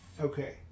Okay